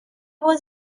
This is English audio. was